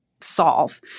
solve